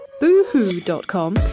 boohoo.com